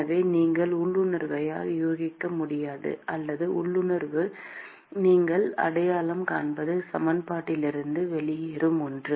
எனவே நீங்கள் உள்ளுணர்வாக யூகிக்கக்கூடிய அல்லது உள்ளுணர்வாக நீங்கள் அடையாளம் காண்பது சமன்பாட்டிலிருந்து வெளியேறும் ஒன்று